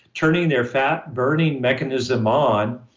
turning their fat burning mechanism on,